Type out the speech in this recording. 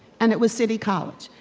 and it was city college.